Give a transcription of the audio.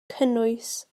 cynnwys